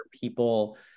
people